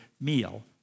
meal